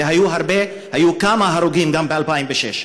והיו כמה הרוגים גם ב-2006.